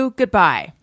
goodbye